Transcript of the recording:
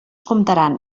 comptaran